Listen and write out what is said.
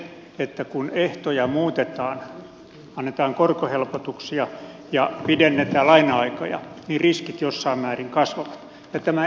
selvää on se että kun ehtoja muutetaan annetaan korkohelpotuksia ja pidennetään laina aikoja niin riskit jossain määrin kasvavat